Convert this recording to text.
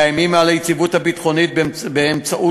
מאיימים על היציבות הביטחונית באמצעות